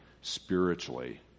spiritually